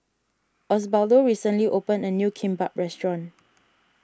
Osbaldo recently opened a new Kimbap restaurant